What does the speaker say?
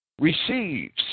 receives